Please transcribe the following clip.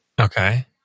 Okay